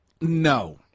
No